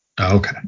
Okay